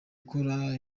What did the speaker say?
gukora